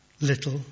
little